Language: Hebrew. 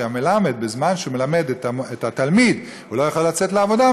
המלמד בזמן שהוא מלמד את התלמיד ולא יכול לצאת לעבודה,